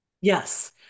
yes